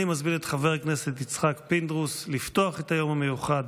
אני מזמין את חבר הכנסת יצחק פינדרוס לפתוח את היום המיוחד.